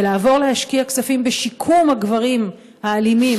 ולעבור להשקיע כספים בשיקום הגברים האלימים,